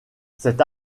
cette